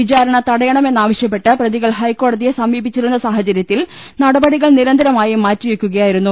വിചാരണ തട്ടിയണമെന്നാവശ്യപ്പെട്ട് പ്രതി കൾ ഹൈക്കോടതിയെ സമീപിച്ചിരുന്നു സാഹചര്യത്തിൽ നടപടി കൾ നിരന്തരമായി മാറ്റിവെയ്ക്കുകയാ്യിരുന്നു